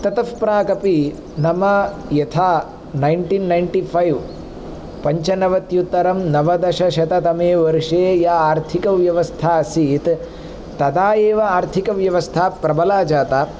ततः प्रागपि नाम यथा नैण्टीन् नैण्टी फ़ैव् पञ्चनवत्युत्तरं नवदशशततमे वर्षे या आर्थिकव्यवस्था आसीत् तदा एव आर्थिकव्यवस्था प्रबला जाता